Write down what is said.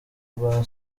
rwa